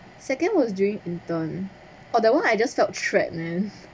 second was during intern or that one I just stopped threatens